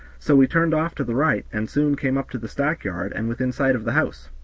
so we turned off to the right, and soon came up to the stack-yard, and within sight of the house.